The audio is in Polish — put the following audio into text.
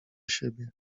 siebie